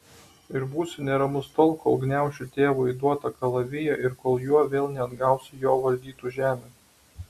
ir būsiu neramus tol kol gniaušiu tėvo įduotą kalaviją ir kol juo vėl neatgausiu jo valdytų žemių